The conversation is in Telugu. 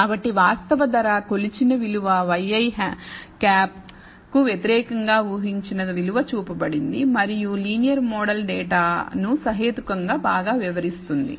కాబట్టి వాస్తవ ధర కొలిచిన విలువ yi hat కు వ్యతిరేకంగా ఊహించిన విలువ చూపబడింది మరియు లీనియర్ మోడల్ డేటా ను సహేతుకంగా బాగా వివరిస్తుంది